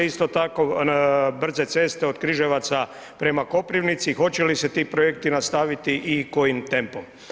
Isto tako, brze ceste od Križevaca prema Koprivnici, hoće li se ti projekti nastaviti i kojim tempom.